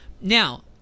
Now